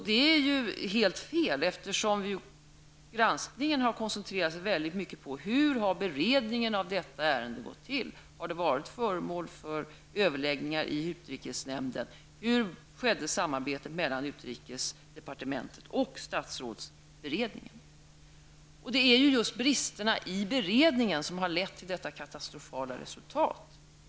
Det är ju helt fel, eftersom granskningen har koncentrerat sig väldigt mycket på hur beredningen av detta ärende har gått till. Konstitutionsutskottet har undersökt om ärendet har varit föremål för överläggningar i utrikesnämnden och hur samarbetet mellan utrikesdepartementet och statsrådsberedningen har skett. Det är ju just bristerna i beredningen av ärendet som har lett till detta katastrofala resultat.